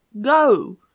go